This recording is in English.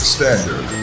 Standard